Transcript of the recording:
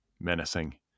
menacing